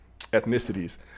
ethnicities